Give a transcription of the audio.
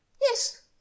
yes